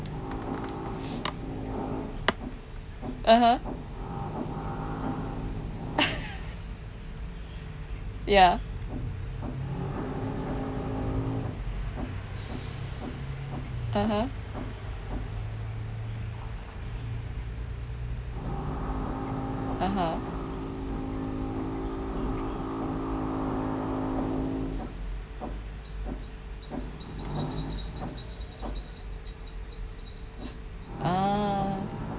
(uh huh) ya (uh huh) (uh huh) ah